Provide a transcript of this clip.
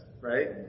right